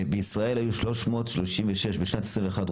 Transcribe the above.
בישראל בשנת 21,